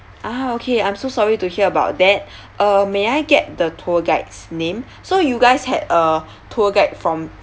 ah okay I'm so sorry to hear about that uh may I get the tour guide's name so you guys had a tour guide from